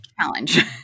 challenge